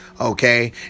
okay